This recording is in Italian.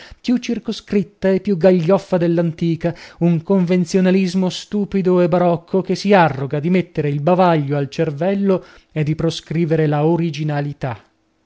più circoscritta e più gaglioffa dell'antica un convenzionalismo stupido e barocco che si arroga di mettere il bavaglio al cervello e di proscrivere la originalità